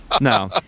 No